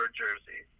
jersey